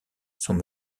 sont